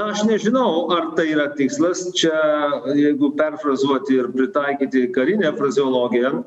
aš nežinau ar tai yra tikslas čia jeigu perfrazuoti ir pritaikyti karinę frazeologiją